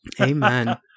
Amen